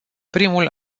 primul